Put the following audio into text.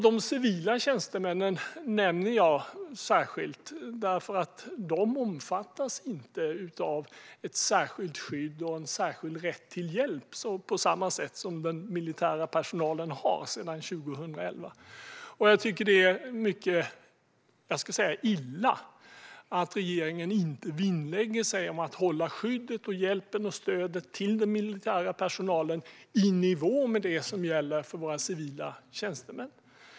De civila tjänstemännen nämner jag särskilt, för de omfattas inte av ett särskilt skydd och en särskild rätt till hjälp på samma sätt som den militära personalen gör sedan 2011. Jag tycker att det är mycket illa att regeringen inte vinnlägger sig om att hålla skyddet, hjälpen och stödet till våra civila tjänstemän i nivå med det som gäller för den militära personalen.